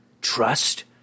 Trust